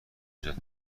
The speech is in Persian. نجات